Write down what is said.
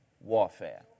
warfare